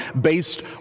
based